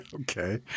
Okay